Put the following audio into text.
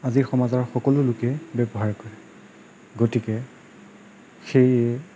আজিৰ সমাজৰ সকলো লোকে ব্য়ৱহাৰ কৰে গতিকে সেয়ে